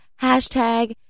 Hashtag